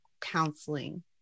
counseling